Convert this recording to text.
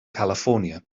california